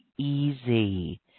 easy